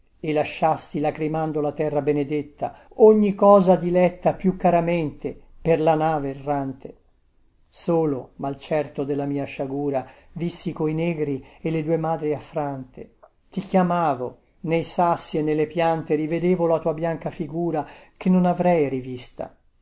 e lasciasti lacrimando la terra benedetta ogni cosa diletta più caramente per la nave errante solo malcerto della mia sciagura vissi coi negri e le due madri affrante ti chiamavo nei sassi e nelle piante rivedevo la tua bianca figura che non avrei rivista